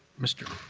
mr.